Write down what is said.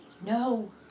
no